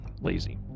lazy